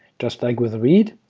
just like with read